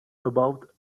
about